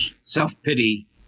Self-pity